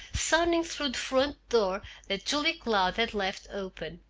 sounding through the front door that julia cloud had left open.